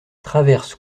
traverse